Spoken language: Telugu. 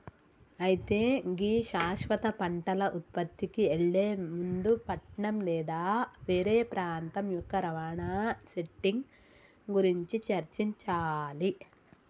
అయితే గీ శాశ్వత పంటల ఉత్పత్తికి ఎళ్లే ముందు పట్నం లేదా వేరే ప్రాంతం యొక్క రవాణా సెట్టింగ్ గురించి చర్చించాలి